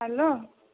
hello